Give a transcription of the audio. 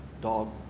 dog